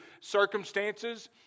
circumstances